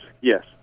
yes